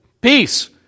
peace